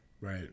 Right